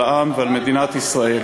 על העם ועל מדינת ישראל.